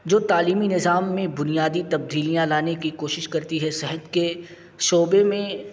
جو تعلیمی نظام میں بنیادی تبدیلیاں لانے کی کوشش کرتی ہے صحت کے شعبے میں